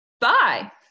Bye